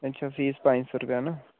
अच्छा फीस पंज सौ रपेआ ना